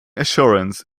assurance